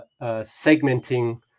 segmenting